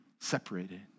separated